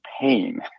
pain